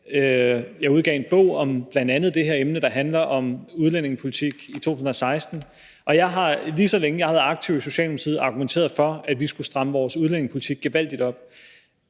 Jeg udgav en bog om bl.a. det her emne, der handler om udlændingepolitik, i 2016, og jeg har, lige så længe jeg har været aktiv i Socialdemokratiet, argumenteret for, at vi skulle stramme vores udlændingepolitik gevaldigt op.